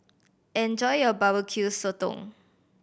enjoy your Barbecue Sotong